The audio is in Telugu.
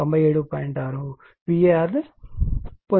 6 VAr పొందుతాము